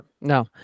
No